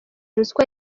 ruswa